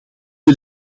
wil